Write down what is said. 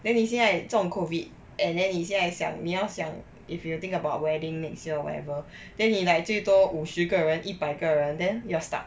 then 你现在重 COVID and then 你现在想你要想 if you think about wedding next year or whatever then 你 like 最多五十个人一百个人 then you're stuck